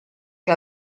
che